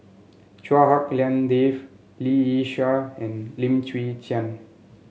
Chua Hak Lien Dave Lee Yi Shyan and Lim Chwee Chian